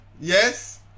Yes